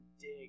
dig